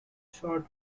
short